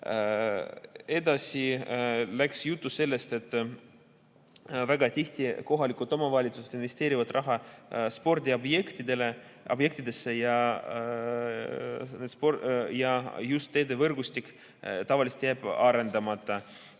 Edasi läks jutt sellele, et väga tihti kohalikud omavalitsused investeerivad raha spordiobjektidesse ja just teedevõrgustik jääb tavaliselt arendamata.